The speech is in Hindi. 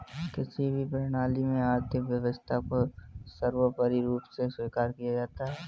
किसी भी प्रणाली में आर्थिक व्यवस्था को सर्वोपरी रूप में स्वीकार किया जाता है